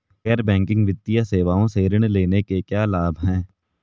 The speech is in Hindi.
गैर बैंकिंग वित्तीय सेवाओं से ऋण लेने के क्या लाभ हैं?